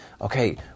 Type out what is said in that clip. okay